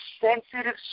sensitive